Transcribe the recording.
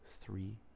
three